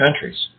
countries